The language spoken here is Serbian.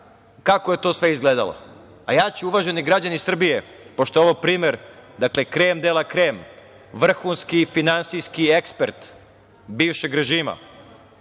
kako je to sve izgledalo. Uvaženi građani Srbije, ja ću, pošto je ovo primer, krem de la krem, vrhunski, finansijski ekspert bivšeg režima,